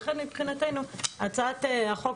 לכן מבחינתנו הצעת החוק,